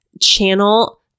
channel